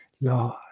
Lord